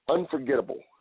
Unforgettable